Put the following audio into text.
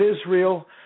Israel